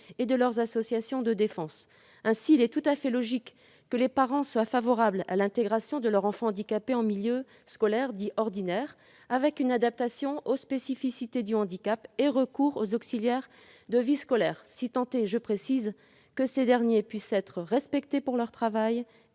et de leurs associations de défense. Ainsi, il est tout à fait logique que les parents soient favorables à l'intégration de leur enfant handicapé en milieu scolaire « ordinaire », avec adaptation aux spécificités du handicap et recours aux auxiliaires de vie scolaire- si tant est que ces derniers puissent être respectés pour leur travail